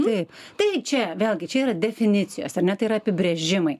taip tai čia vėlgi čia yra definicijos ar ne tai apibrėžimai